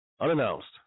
unannounced